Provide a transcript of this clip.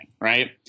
right